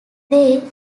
they